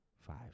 Five